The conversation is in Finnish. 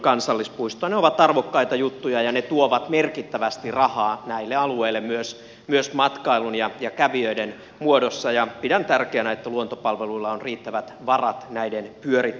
ne ovat arvokkaita juttuja ja ne tuovat merkittävästi rahaa näille alueille myös matkailun ja kävijöiden muodossa ja pidän tärkeänä että luontopalveluilla on riittävät varat näiden pyörittämiseen